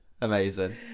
Amazing